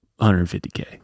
150K